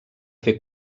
fer